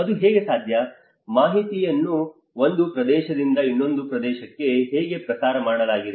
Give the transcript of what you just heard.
ಅದು ಹೇಗೆ ಸಾಧ್ಯ ಮಾಹಿತಿಯನ್ನು ಒಂದು ಪ್ರದೇಶದಿಂದ ಇನ್ನೊಂದು ಪ್ರದೇಶಕ್ಕೆ ಹೇಗೆ ಪ್ರಸಾರ ಮಾಡಲಾಗಿದೆ